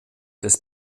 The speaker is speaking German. des